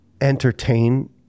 entertain